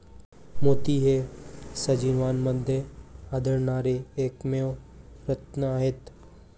मोती हे सजीवांमध्ये आढळणारे एकमेव रत्न आहेत